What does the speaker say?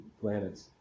planets